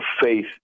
faith